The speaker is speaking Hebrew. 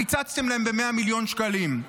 קיצצתם להם ב-100 מיליון שקלים.